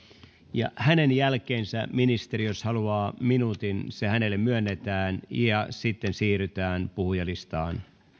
ja hänen jälkeensä jos ministeri haluaa minuutin se hänelle myönnetään ja sitten siirrytään puhujalistaan